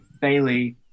Bailey